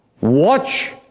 Watch